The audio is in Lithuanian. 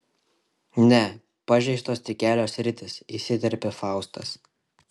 ne pažeistos tik kelios sritys įsiterpė faustas